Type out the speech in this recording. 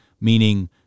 Meaning